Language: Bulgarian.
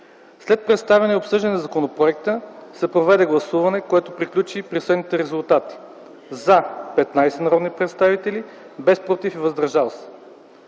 След представяне и обсъждане на законопроекта се проведе гласуване, което приключи при следните резултати: „за” – 15 народни представители, без „против” и „въздържали